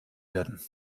werden